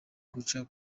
guca